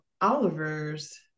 Oliver's